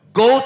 go